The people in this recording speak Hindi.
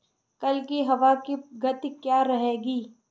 कल की हवा की गति क्या रहेगी?